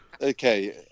Okay